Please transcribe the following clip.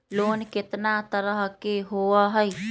Loan केतना तरह के होअ हई?